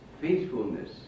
faithfulness